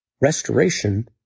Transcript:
restoration